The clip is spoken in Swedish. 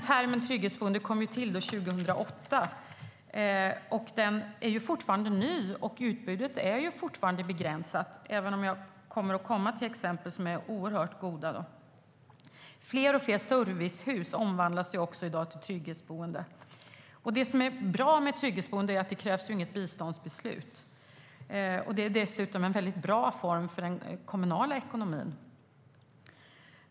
Termen trygghetsboende kom till 2008 - den är fortfarande ny. Utbudet är fortfarande begränsat, även om jag kommer att nämna exempel som är oerhört goda. Fler och fler servicehus omvandlas i dag till trygghetsboenden. Det som är bra med trygghetsboende är att det inte krävs något biståndsbeslut. Det är dessutom en väldigt bra form för den kommunala ekonomin.